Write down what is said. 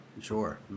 sure